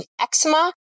eczema